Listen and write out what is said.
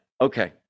Okay